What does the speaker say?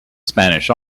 spanish